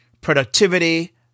productivity